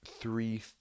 three